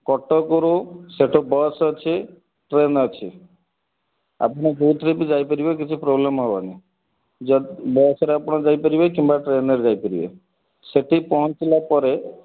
କଟକରୁ ସେଇଠୁ ବସ୍ ଅଛି ଟ୍ରେନ୍ ଅଛି ଆପଣ ଯେଉଁଥିରେବି ଯାଇପାରିବେ କିଛି ପ୍ରୋବ୍ଲମ୍ ହେବନି ଯେ ବସ୍ରେ ଆପଣ ଯାଇପାରିବେ କିମ୍ବା ଟ୍ରେନ୍ରେ ଯାଇପାରିବେ ସେଇଠି ପହଞ୍ଚିଲା ପରେ